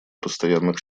постоянных